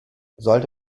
sollte